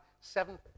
seven